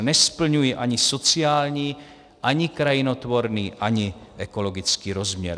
Nesplňují ani sociální, ani krajinotvorný, ani ekologický rozměr.